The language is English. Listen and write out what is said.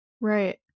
right